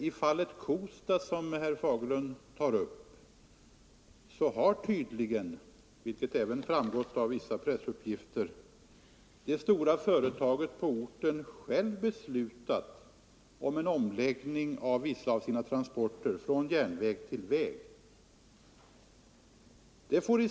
I fallet Kosta, som herr Fagerlund tar upp, har tydligen — vilket även framgått av vissa pressuppgifter — det stora företaget på orten självt beslutat en omläggning av vissa av sina transporter från järnväg till landsväg.